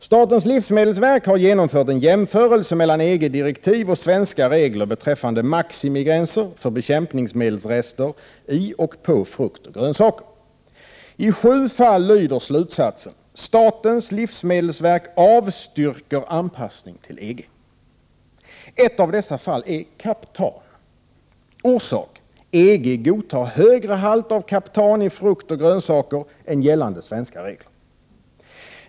Statens livsmedelsverk har genomfört en jämförelse mellan EG-direktiv och svenska regler beträffande maximigränser för bekämpningsmedelsrester i och på frukt och grönsaker. I sju fall lyder slutsatsen: ”Statens livsmedelsverk avstyrker anpassning till EG.” Ett av dessa fall är kaptan. Orsak: EG godtar högre halt av kaptan i frukt och grönsaker än gällande svenska regler.